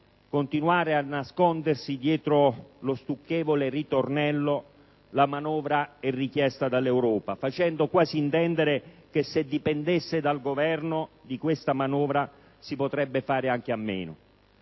continui a nascondere dietro lo stucchevole ritornello che la manovra è richiesta dall'Europa, facendo quasi intendere che, se dipendesse dal Governo, di questa manovra si potrebbe anche fare a meno?